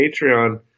Patreon